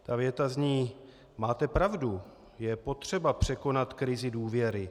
Ta věta zní: Máte pravdu, je potřeba překonat krizi důvěry.